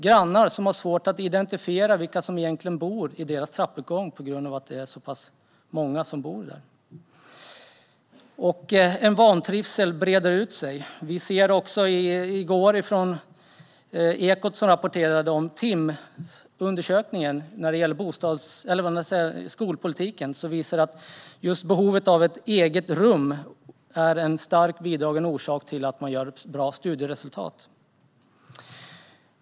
Grannar har svårt att identifiera vilka som egentligen bor i deras trappuppgång eftersom det är så många. En vantrivsel breder ut sig. I går rapporterade Ekot om Timss-undersökningen i skolan. Den visar att just ett eget rum är en starkt bidragande orsak till bra studieresultat.